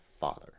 father